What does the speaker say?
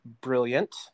Brilliant